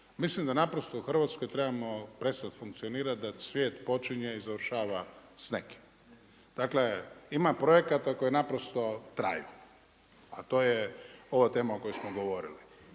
Mislim da naprosto u Hrvatskoj trebamo prestati funkcionirati da svijet počinje i završava s nekim. Dakle ima projekata koji naprosto traju. A to je ova tema o kojoj smo govorili.